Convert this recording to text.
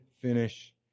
finish